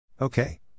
Okay